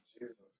Jesus